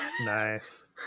Nice